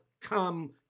Come